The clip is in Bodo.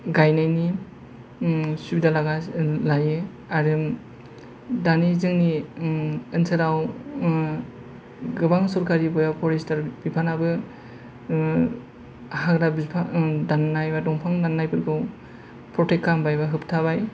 गायनायनि सुबिदा लायो आरो दानि जोंनि ओनसोलाव गोबां सरखारि एबा फरेस्टार बिफानाबो हाग्रा बिफानाबो दाननाय बा दंफां दाननायफोरखौ प्रटेक्ट खालामबाय बा होबथाबाय